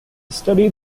studied